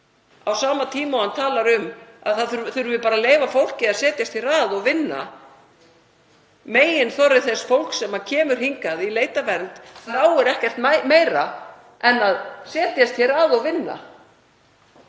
á sama tíma og hann talar um að það þurfi bara að leyfa fólki að setjast hér að og vinna. Meginþorri þess fólks sem kemur hingað í leit að vernd þráir ekkert meira en að setjast hér að og vinna